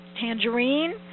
tangerine